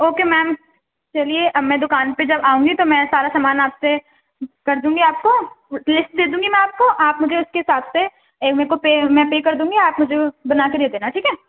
okay ma'am چلیے اب میں دکان پہ جب آؤں گی تو میں سارا سامان آپ سے کر دوں گی آپ کو لسٹ دے دوں گی میں آپ کو آپ مجھے اس کے حساب سے میکو پے میں پے کر دوں گی آپ مجھے وہ بنا کے دے دینا ٹھیک ہے